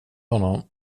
honom